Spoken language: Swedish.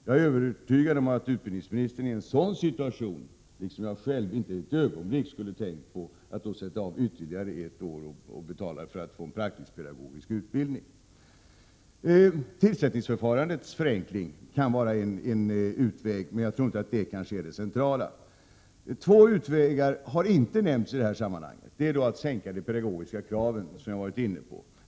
Jag är övertygad om att utbildningsministern i en sådan situation, liksom jag själv, inte ett ögonblick skulle tänka på att sätta av ytterligare ett år och betala för att få en praktisk-pedagogisk utbildning. En utväg kan vara att förenkla tillsättningsförfarandet. Jag tror dock inte att det är det mest centrala. Två andra utvägar har inte nämnts i detta sammanhang. Den första är att sänka de pedagogiska kraven, vilket jag var inne på.